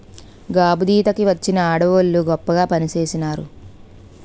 గాబుదీత కి వచ్చిన ఆడవోళ్ళు గొప్పగా పనిచేసినారు